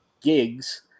gigs